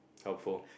helpful